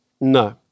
No